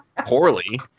Poorly